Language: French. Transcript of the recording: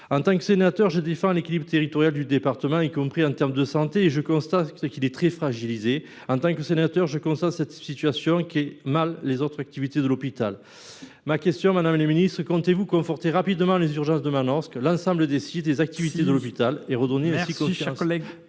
En tant que sénateur, je défends l’équilibre territorial du département, y compris en termes de santé, et je constate qu’il est très fragilisé. En tant que sénateur, je mesure aussi que cette situation met à mal les autres activités de l’hôpital. Aussi, madame la ministre, comment comptez vous conforter rapidement les urgences de Manosque, l’ensemble du site et des activités de l’hôpital, redonnant ainsi confiance